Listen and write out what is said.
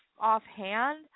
offhand